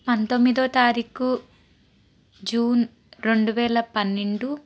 పంతొమ్మిదో తారీకు జూన్ రెండు వేల పన్నెండు